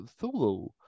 Solo